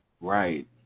Right